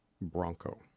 Bronco